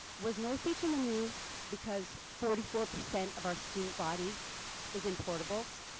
was north beach on the news because forty four percent of our student body is in portables?